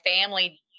family